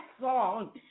song